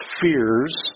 fears